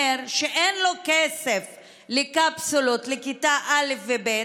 שאין לו כסף לקפסולות לכיתות א' וב',